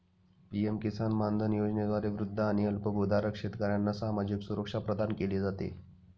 PM किसान मानधन योजनेद्वारे वृद्ध आणि अल्पभूधारक शेतकऱ्यांना सामाजिक सुरक्षा प्रदान केली जाते